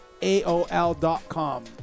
AOL.com